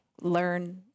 learn